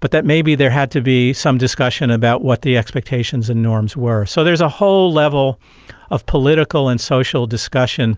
but that maybe there had to be some discussion about what the expectations and norms were. so there's a whole level of political and social discussion